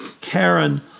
Karen